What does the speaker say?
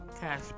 cash